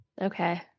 Okay